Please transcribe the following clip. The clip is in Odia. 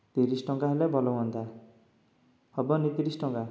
ତିରିଶ ଟଙ୍କା ହେଲେ ଭଲ ହୁଅନ୍ତା ହେବନି ତିରିଶ ଟଙ୍କା